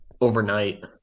overnight